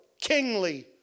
kingly